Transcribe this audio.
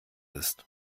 ist